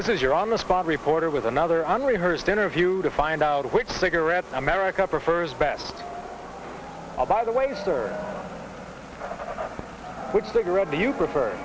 this is your on the spot reporter with another unrehearsed interview to find out which cigarettes america prefers best by the way sir which cigarette do you prefer